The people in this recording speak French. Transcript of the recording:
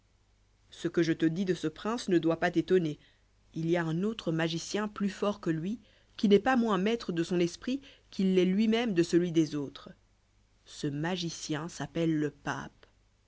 ce que je te dis de ce prince ne doit pas t'étonner il y a un autre magicien plus fort que lui qui n'est pas moins maître de son esprit qu'il l'est lui-même de celui des autres ce magicien s'appelle le pape